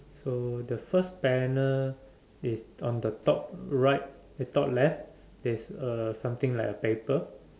so the first panel is on the top right eh top left there's a something like a paper